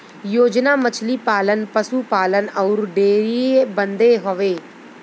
योजना मछली पालन, पसु पालन अउर डेयरीए बदे हउवे